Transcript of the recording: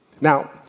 Now